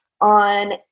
on